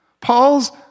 Paul's